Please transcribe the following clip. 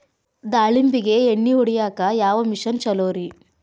ದಾಳಿಂಬಿಗೆ ಎಣ್ಣಿ ಹೊಡಿಯಾಕ ಯಾವ ಮಿಷನ್ ಛಲೋರಿ?